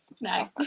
No